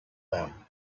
them